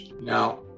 Now